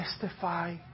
testify